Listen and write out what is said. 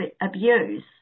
abuse